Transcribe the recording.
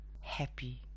happy